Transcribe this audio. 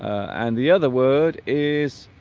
and the other word is